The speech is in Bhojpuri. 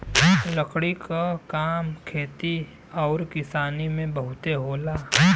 लकड़ी क काम खेती आउर किसानी में बहुत होला